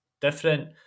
different